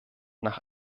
nach